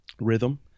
rhythm